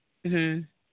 ᱦᱮᱸ